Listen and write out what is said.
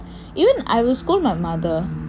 even I will scold my mother